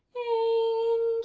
a.